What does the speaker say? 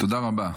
תודה רבה.